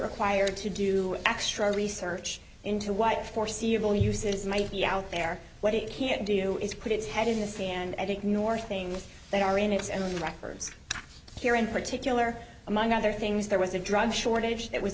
required to do extra research into what foreseeable uses might be out there what it can't do is put its head in the sea and ignore things that are in it's and records here in particular among other things there was a drug shortage that was